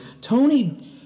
Tony